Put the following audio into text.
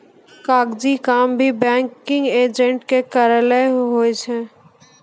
कागजी काम भी बैंकिंग एजेंट के करय लै होय छै